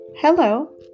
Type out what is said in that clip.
Hello